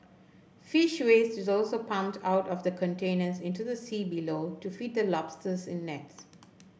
fish waste is also pumped out of the containers into the sea below to feed the lobsters in nets